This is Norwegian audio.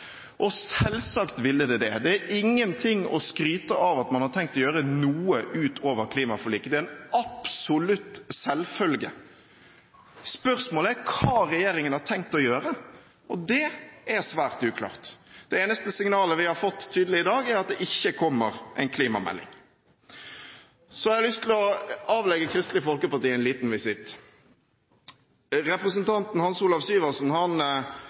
Selvsagt ville det det. Det er ingenting å skryte av at man har tenkt å gjøre noe utover klimaforliket – det er en absolutt selvfølge. Spørsmålet er hva regjeringen har tenkt å gjøre, og det er svært uklart. Det eneste signalet vi har fått tydelig i dag, er at det ikke kommer en klimamelding. Så har jeg lyst til å avlegge Kristelig Folkeparti en liten visitt. Representanten Hans Olav Syversen